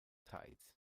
tides